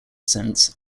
sense